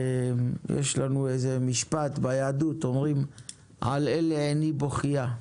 יש לנו איזה משפט ביהדות אומרים 'על אלה איני בוכייה',